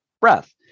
breath